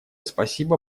спасибо